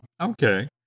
Okay